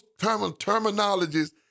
terminologies